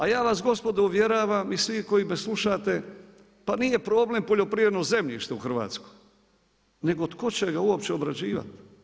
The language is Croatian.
A ja vas gospodo, uvjeravam i svi koji me slušate, pa nije problem u poljoprivrednom zemljištu u Hrvatskoj, nego tko će ga uopće obrađivati.